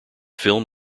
film